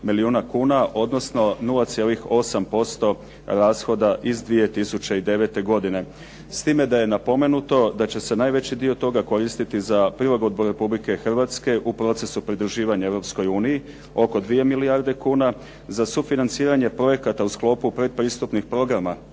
odnosno 0,8% rashoda iz 2009. godine, s time da je napomenuto da će se najveći dio toga koristiti za prilagodbu Republike Hrvatske u procesu pridruživanja Europskoj uniji oko 2 milijarde kuna, za sufinanciranje projekata u sklopu pretpristupnih programa